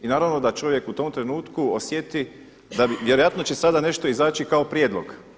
I naravno da čovjek u tom trenutku osjeti, vjerojatno će sada nešto izaći kao prijedlog.